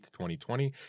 2020